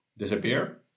disappear